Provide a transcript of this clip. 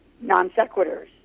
non-sequiturs